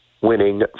winning